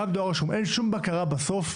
אין שום בקרה בסוף,